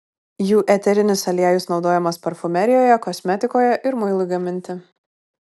jų eterinis aliejus naudojamas parfumerijoje kosmetikoje ir muilui gaminti